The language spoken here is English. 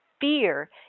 fear